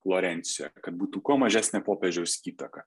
florencijoje kad būtų kuo mažesnė popiežiaus įtaka